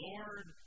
Lord